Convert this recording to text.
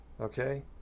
Okay